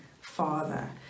Father